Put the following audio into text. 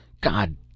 God